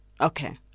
Okay